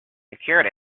secured